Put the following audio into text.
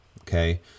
Okay